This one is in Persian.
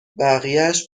بقیهاش